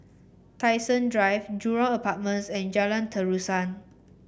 Tai Seng Drive Jurong Apartments and Jalan Terusan